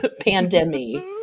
pandemic